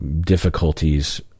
difficulties